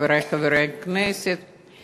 חברי חברי הכנסת,